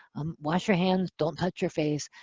wash your hands. don't touch your face.